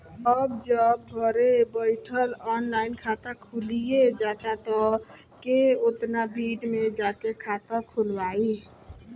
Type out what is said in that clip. अब जब घरे बइठल ऑनलाइन खाता खुलिये जाता त के ओतना भीड़ में जाके खाता खोलवाइ